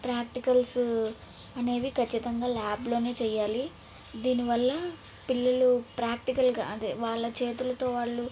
practicals అనేవి ఖచ్చితంగా ల్యాబ్లోనే చేయాలి దీనివల్ల పిల్లలు ప్రాక్టికల్గా అదే వాళ్ళ చేతులతో వాళ్ళు